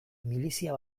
milizia